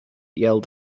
yelled